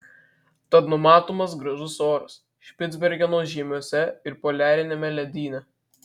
tad numatomas gražus oras špicbergeno žiemiuose ir poliariniame ledyne